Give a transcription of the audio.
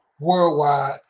worldwide